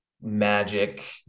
magic